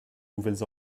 nouvelles